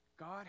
God